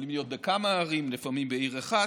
יכולים להיות בכמה ערים, לפעמים בעיר אחת,